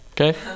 Okay